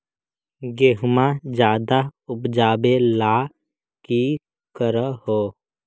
गेहुमा ज्यादा उपजाबे ला की कर हो?